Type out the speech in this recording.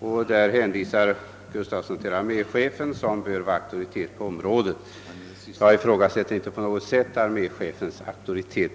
och hänvisade till arméchefen, som bör vara auktoritet på området. Jag ifrågasätter inte heller på något sätt denna hans auktoritet.